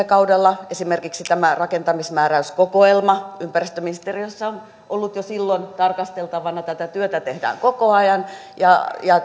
kaudella esimerkiksi tämä rakentamismääräyskokoelma ympäristöministeriössä on ollut jo silloin tarkasteltavana tätä työtä tehdään koko ajan